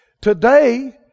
Today